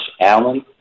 Allen